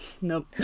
Nope